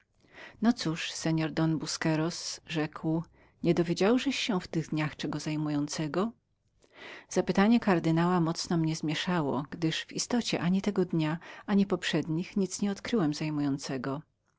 no cóż seor don busqueros rzekł niedowiedziałżeś się w tych dniach czego zajmującego zapytanie kardynała mocno mnie zmieszało gdyż w istocie ani tego dnia ani poprzednich nic nie odkryłem zajmującego